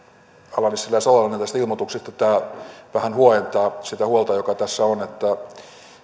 ala nissilä salolainen tästä ilmoituksesta tämä vähän huojentaa sitä huolta joka tässä on siitä